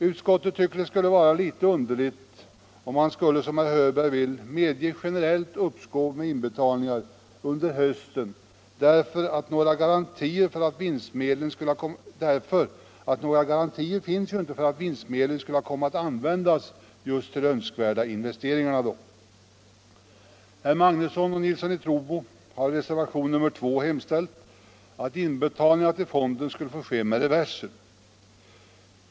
Utskottet tycker att det skulle vara litet underligt, om man skulle, som herr Hörberg vill, medge generellt uppskov med inbetalningar under hösten, eftersom några garantier ju inte finns för att vinstmedlen skulle komma att användas just till de önskvärda investeringarna. Herrar Magnusson i Borås och Nilsson i Trobro har i reservationen 2 hemställt att inbetalningarna till fonden skulle få ske med reverser.